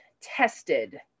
tested